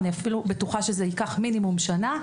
אני אפילו בטוחה שזה ייקח מינימום שנה.